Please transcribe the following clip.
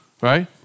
Right